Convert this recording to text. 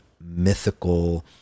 mythical